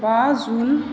बा जुन